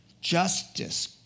justice